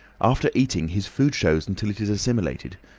after eating, his food shows until it is assimilated.